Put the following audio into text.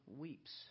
weeps